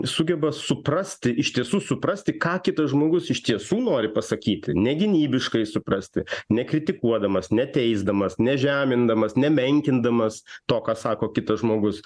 sugeba suprasti iš tiesų suprasti ką kitas žmogus iš tiesų nori pasakyti ne gynybiškai suprasti nekritikuodamas neteisdamas nežemindamas nemenkindamas to ką sako kitas žmogus